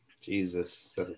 Jesus